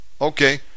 Okay